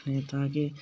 तां कि